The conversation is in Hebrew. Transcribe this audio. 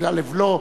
יריב לוין,